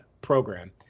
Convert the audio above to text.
program